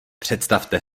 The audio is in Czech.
představte